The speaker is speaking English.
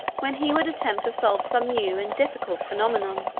when he would attempt to solve some new and difficult phenomenon.